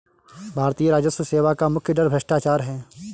भारतीय राजस्व सेवा का मुख्य डर भ्रष्टाचार है